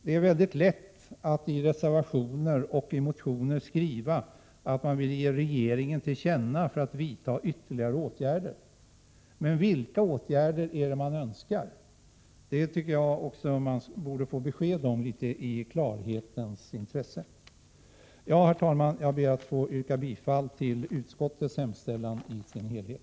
Det är mycket lätt att i reservationer och motioner skriva att man vill ge regeringen till känna vissa saker för att regeringen skall vidta ytterligare åtgärder. Men vilka åtgärder är det ni önskar? Det borde vi få besked om i klarhetens intresse. Herr talman! Jag ber att få yrka bifall till utskottets hemställan i dess helhet.